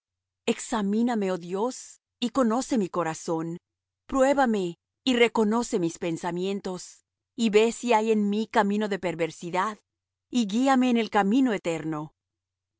examíname oh dios y conoce mi corazón pruébame y reconoce mis pensamientos y ve si hay en mí camino de perversidad y guíame en el camino eterno